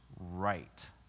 right